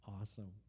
awesome